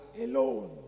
alone